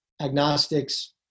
agnostics